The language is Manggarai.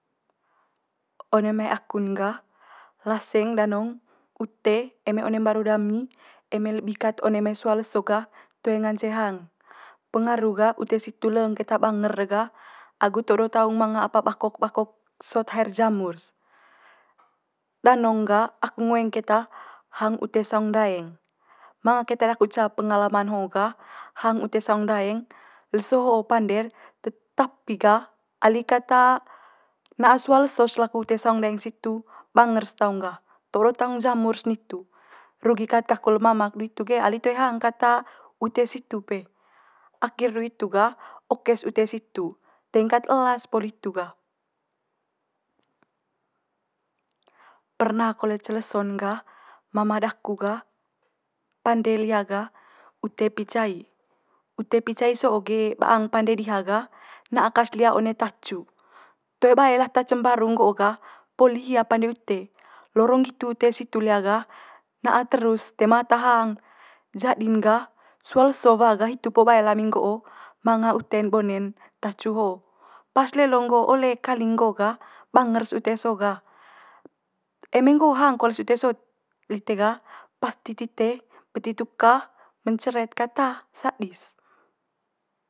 One mai aku'n gah laseng danong ute eme one mbaru dami eme lebi kat one mai sua leso gah toe ngance hang. Pengaru gah ute situ leng keta banger de ga agu todo taung manga apa bakok bakok sot haer jamur's. Danong gah aku ngoeng keta hang ute saung ndaeng, manga keta daku ca pengalaman ho gah hang ute saung ndaeng leso ho pande'r, t- tapi gah ali kat na'a sua leso's laku saung ndaeng situ banger's taung's gah todo taung jamur's nitu. Rugi kat kaku le mama du hitu ge e ali toe hang kat ute situ pe. Akhir du hitu gah oke's ute situ teing kat ela's poli hitu gah. Perna kole ce leso'n gah mama daku gah pande liha gah ute picai. Ute picai so'o ge baang pande diha gah na'a kat's liha one tacu. Toe bae lata ce mbaru gah poli hia pande ute, lorong nggitu ute situ liha gah na'a terus toe ma ata hang. Jadi'n gah sua leso wa gah hitu po bae lami nggo'o manga ute bone'n tacu ho, pas lelo nggo ole kaling nggo ga banger's ute so'o gah. Eme nggo hang kole's ute so lite gah pasti tite beti tuka menceret kat ta sadis.